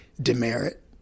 demerit